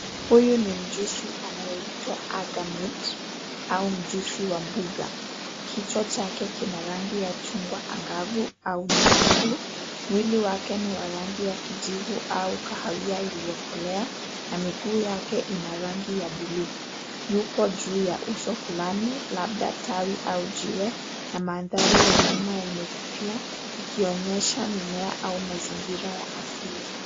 Huyu ni mjusi anayeitwa Agermit au mjusi wa mbuga. Kichwa chake kina rangi ya chungwa angavu au nyekundu, mwili wake ni wa rangi ya kijivu au kahawia iliyokolea na miguu yake ina rangi ya bluu. Yupo juu ya uso fulani labda tawi au jiwe na mandhari ya nyuma imefifia ikionyesha mimea au mazingira ya asili.